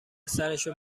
سرشو